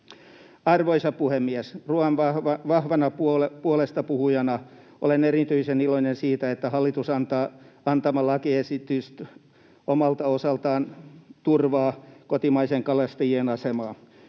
Arvoisa puhemies! Ruoan vahvana puolestapuhujana olen erityisen iloinen siitä, että hallituksen antama lakiesitys omalta osaltaan turvaa kotimaisten kalastajien asemaa.